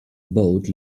boat